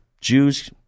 Jews